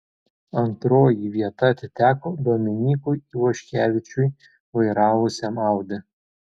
antroji vieta atiteko dominykui ivoškevičiui vairavusiam audi